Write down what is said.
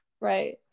right